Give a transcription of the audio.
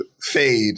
fade